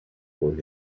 where